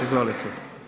Izvolite.